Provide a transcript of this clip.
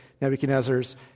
Nebuchadnezzar's